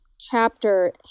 chapter